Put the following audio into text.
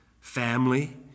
family